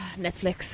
Netflix